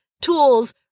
tools